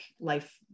life